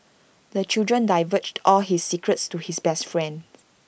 the children divulged all his secrets to his best friend